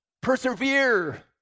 persevere